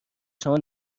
شما